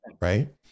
right